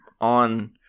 On